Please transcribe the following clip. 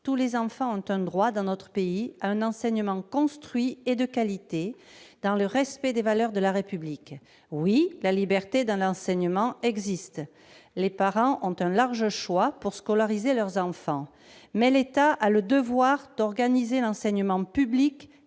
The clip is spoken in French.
Tous les enfants ont droit, dans notre pays, à un enseignement construit et de qualité, dans le respect des valeurs de la République. Oui, la liberté de l'enseignement existe- les parents disposent d'un large choix pour scolariser leurs enfants -, mais l'État a le devoir d'organiser l'enseignement public